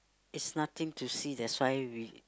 it's nothing to see that's why we